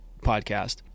podcast